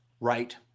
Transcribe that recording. right